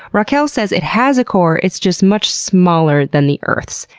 raquel says it has a core, it's just much smaller than the earth's.